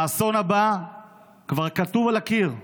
האסון הבא כבר כתוב על הקיר,